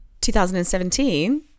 2017